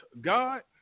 God